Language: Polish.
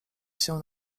się